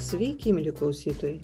sveiki mieli klausytojai